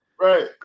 Right